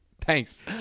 Thanks